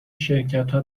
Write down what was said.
شرکتها